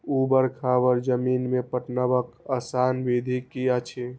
ऊवर खावर जमीन में पटवनक आसान विधि की अछि?